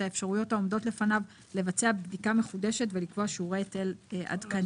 האפשרויות העומדות לפניו לבצע בדיקה מחודשת ולקבוע שיעורי היטל עדכניים.